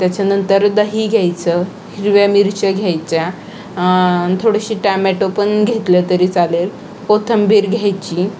त्याच्यानंतर दही घ्यायचं हिरव्या मिरच्या घ्यायच्या थोडीशी टामॅटो पण घेतले तरी चालेल कोथिंबीर घ्यायची